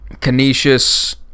Canisius